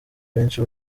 benshi